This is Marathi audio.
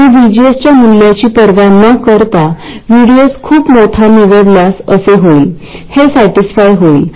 तर ID 200μA असताना सर्किट स्थिर होते